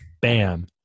bam